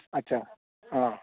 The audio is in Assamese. আচ্ছা অ'